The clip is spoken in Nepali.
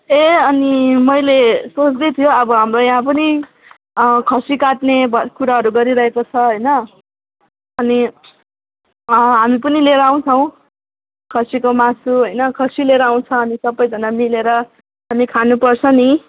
ए अनि मैले सोच्दै थिएँ हौ अब हाम्रो यहाँ पनि खसी काट्ने भ कुराहरू गरिरहेको छ होइन अनि हामी पनि लिएर आउँछौँ खसीको मासु होइन खसी लिएर आउछौँ हामी सबैजना मिलेर हामी खानुपर्छ नि